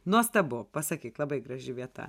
nuostabu pasakyk labai graži vieta